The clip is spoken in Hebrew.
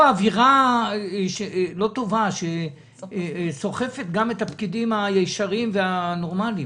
אווירה לא טובה שסוחפת גם את הפקידים הישרים והנורמליים.